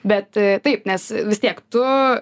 bet taip nes vis tiek tu